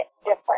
different